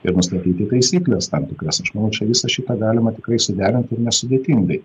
ir nustatyti taisykles tam tikras aš manau čia visą šitą galima tikrai suderint ir nesudėtingai